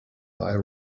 thy